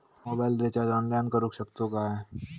Mobile recharge online करुक शकतू काय?